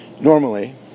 Normally